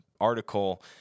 article